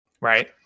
Right